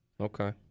Okay